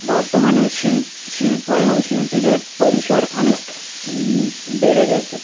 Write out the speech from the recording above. বর্তমানে শিল্প এবং শিল্পীদের পরিসর অনেক বেড়ে গেছে